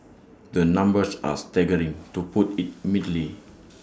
the numbers are staggering to put IT mildly